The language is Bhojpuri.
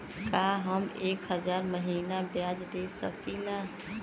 का हम एक हज़ार महीना ब्याज दे सकील?